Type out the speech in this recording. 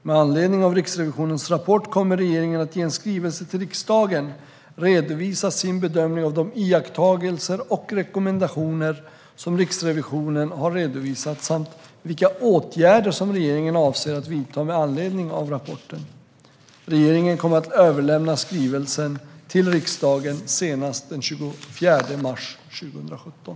Med anledning av Riksrevisionens rapport kommer regeringen att i en skrivelse till riksdagen redovisa sin bedömning av de iakttagelser och rekommendationer som Riksrevisionen har redovisat samt vilka åtgärder som regeringen avser att vidta med anledning av rapporten. Regeringen kommer att överlämna skrivelsen till riksdagen senast den 24 mars 2017.